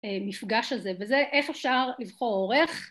מפגש הזה, וזה איך אפשר לבחור אורך.